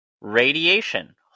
radiation